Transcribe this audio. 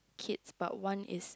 kids but one is